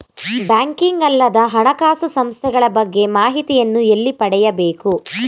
Banking ಅಲ್ಲದ ಹಣಕಾಸು ಸಂಸ್ಥೆಗಳ ಬಗ್ಗೆ ಮಾಹಿತಿಯನ್ನು ಎಲ್ಲಿ ಪಡೆಯಬೇಕು?